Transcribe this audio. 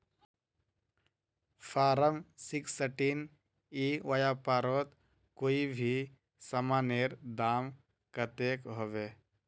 Form sixteen ई व्यापारोत कोई भी सामानेर दाम कतेक होबे?